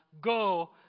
Go